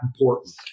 important